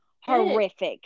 horrific